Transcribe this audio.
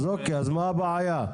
אז אוקיי, מה הבעיה?